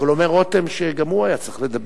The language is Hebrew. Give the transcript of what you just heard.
אבל אומר רותם שגם הוא היה צריך לדבר.